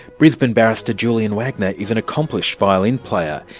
brisbane barrister julian wagner is an accomplished violin player.